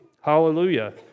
Hallelujah